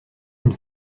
une